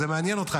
זה מעניין אותך,